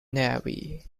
navy